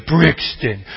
Brixton